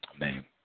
name